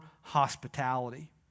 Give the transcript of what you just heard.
hospitality